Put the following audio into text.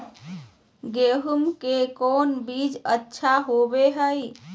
गेंहू के कौन बीज अच्छा होबो हाय?